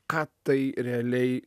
ką tai realiai